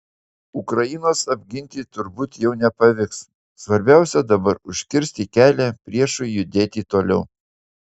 ukrainos apginti turbūt jau nepavyks svarbiausia dabar užkirsti kelią priešui judėti toliau